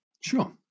Sure